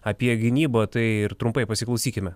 apie gynybą tai ir trumpai pasiklausykime